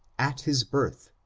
at his birth,